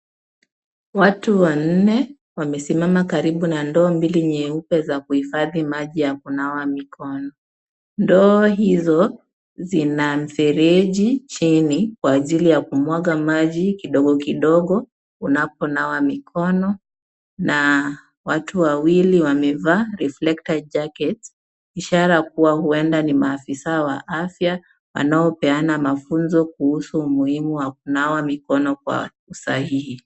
Watu wanne wamesimama karibu na ndoo mbili nyeupe za kuhifadhi maji ya kunawa mikono. Ndoo hizo zina mfereji chini kwa ajili ya kumwaga maji kidogo kidogo unaponawa mikono na watu wawili wamevaa reflector jacket , ishara kuwa huenda ni maafisa wa afya wanaopeana mafunzo kuhusu umuhimu wa kunawa mikono kwa sahihi.